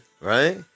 right